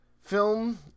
film